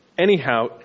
Anyhow